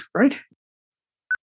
right